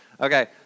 Okay